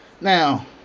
Now